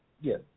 Yes